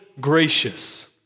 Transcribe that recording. gracious